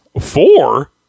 Four